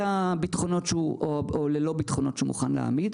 הביטחונות או ללא ביטחונות שהוא מוכן להעמיד.